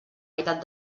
meitat